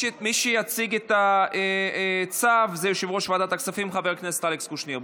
יציג את הצו יושב-ראש ועדת הכספים חבר הכנסת אלכס קושניר.